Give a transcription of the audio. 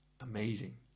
amazing